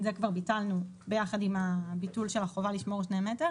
את זה כבר ביטלנו ביחד עם הביטול של החובה לשמור שני מטר,